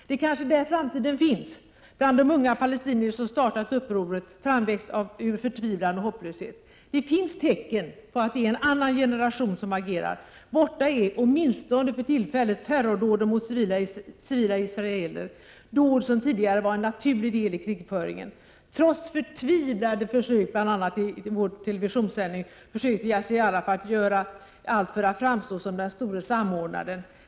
Det är kanske bland de unga palestinierna som har startat upproret, framväxt ur förtvivlan och hopplöshet, som framtiden 4 finns. Det föreligger tecken på att det är en annan generation som agerar. Borta är, åtminstone för tillfället, terrordåden mot civila israeler, dåd som tidigare var en naturlig del i krigföringen. Trots förtvivlade försök bl.a. i vår TV-sändning försökte Yassir Arafat göra allt för att framstå som den store samordnaren.